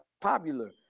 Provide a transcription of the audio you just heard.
popular